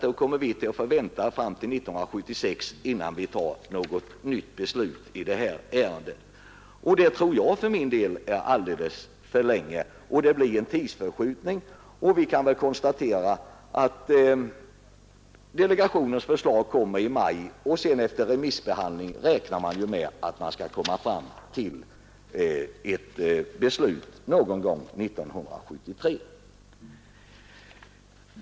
Då skulle vi ju få vänta ända till 1976 innan vi kan fatta ett nytt beslut om utlokalisering. Jag anser för min del att detta skulle vara en allför lång väntan, som skulle medföra en förskjutning i tiden av genomförandet. Vi kan ju konstatera att delegationens förslag skall framläggas i maj och att man räknar med att efter remissbehandling kunna komma fram till ett beslut någon gång 1973.